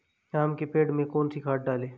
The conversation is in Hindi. आम के पेड़ में कौन सी खाद डालें?